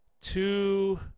two